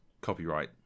copyright